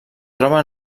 troba